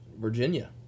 Virginia